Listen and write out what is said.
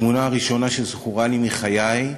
התמונה הראשונה שזכורה לי מחיי היא